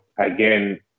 again